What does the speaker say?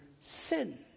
sin